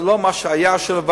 וזה לא מה שהיה שעבר,